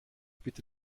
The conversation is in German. bitte